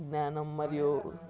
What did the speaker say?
జ్ఞానం మరియు